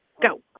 Go